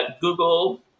Google